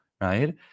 right